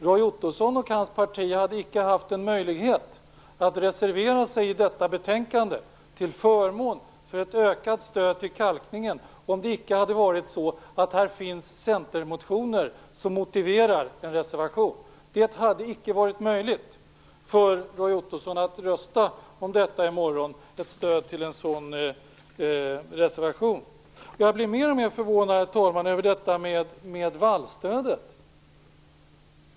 Roy Ottosson och hans parti hade icke haft en möjlighet att reservera sig i detta betänkande till förmån för ett ökat stöd till kalkningen, om det icke hade varit så att det här finns centermotioner som motiverar en reservation. Det hade icke varit möjligt för Roy Ottosson att rösta om ett stöd för en sådan reservation i morgon. Jag blir mer och mer förvånad, herr talman, över detta med vallstödet.